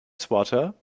swatter